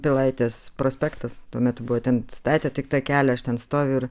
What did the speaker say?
pilaitės prospektas tuo metu buvo ten statė tik tą kelią aš ten stoviu ir